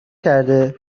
کرده